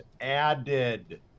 added